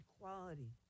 Equality